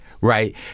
right